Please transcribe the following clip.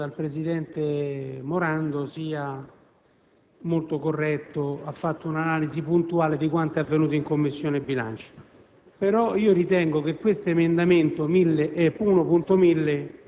credo che quanto riferito dal presidente Morando sia molto corretto. Ha fatto un'analisi puntuale di quanto è avvenuto in Commissione bilancio,